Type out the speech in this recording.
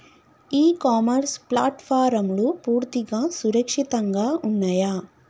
ఇ commerce ప్లాట్ఫారమ్లు పూర్తిగా సురక్షితంగా ఉన్నయా?